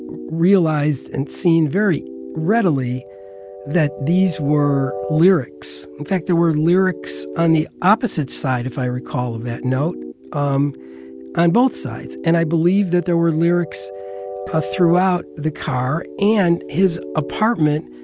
realized and seen very readily that these were lyrics in fact, there were lyrics on the opposite side, if i recall, of that note um on both sides. and i believe that there were lyrics ah throughout the car and his apartment.